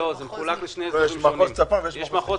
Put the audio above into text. היו לי פגישות עם האוצר ועם משרד